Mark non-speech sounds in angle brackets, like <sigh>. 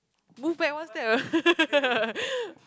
move back one step ah <laughs>